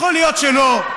יכול להיות שלא,